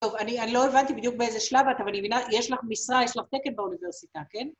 טוב, אני לא הבנתי בדיוק באיזה שלב אתה... יש לך משרה, יש לך תקת באוניברסיטה, כן?